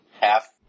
half